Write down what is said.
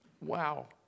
Wow